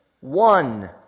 one